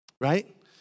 right